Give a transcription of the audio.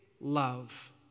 love